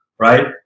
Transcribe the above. Right